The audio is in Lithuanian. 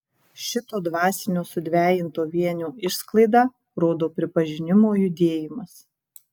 šito dvasinio sudvejinto vienio išsklaidą rodo pripažinimo judėjimas